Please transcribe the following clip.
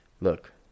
look